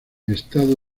estado